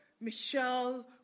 Michelle